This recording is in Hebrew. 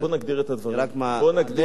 בוא נגדיר את הדברים.